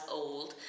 old